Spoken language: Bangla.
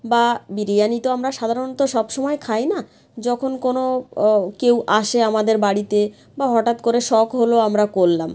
বা বিরিয়ানি তো আমরা সাধারণত সব সময় খাই না যখন কোনো কেউ আসে আমাদের বাড়িতে বা হটাৎ করে শখ হলো আমরা করলাম